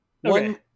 One